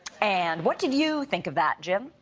and what did you think of that, jim?